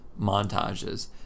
montages